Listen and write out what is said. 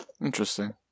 Interesting